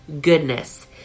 goodness